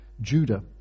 Judah